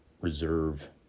Reserve